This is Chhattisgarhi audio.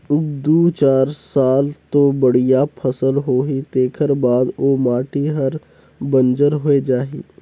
दू चार साल तो बड़िया फसल होही तेखर बाद ओ माटी हर बंजर होए जाही